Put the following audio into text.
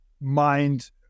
mind